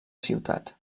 ciutat